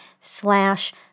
slash